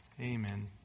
amen